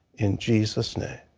in jesus' name.